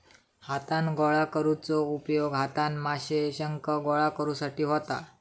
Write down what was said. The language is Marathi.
हातान गोळा करुचो उपयोग हातान माशे, शंख गोळा करुसाठी होता